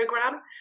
program